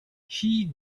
she